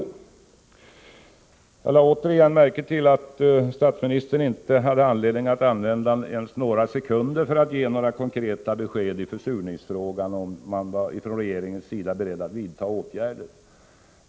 Jag lade återigen märke till att statsministern inte hade anledning att använda ens några sekunder för att ge något konkret besked i försurningsfrågan, om man från regeringens sida var beredd att vidta några åtgärder.